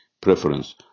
preference